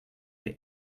the